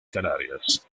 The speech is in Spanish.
canarias